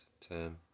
term